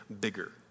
bigger